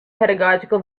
pedagogical